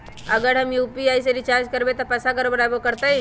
अगर हम यू.पी.आई से रिचार्ज करबै त पैसा गड़बड़ाई वो करतई?